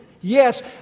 yes